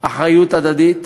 אחריות הדדית,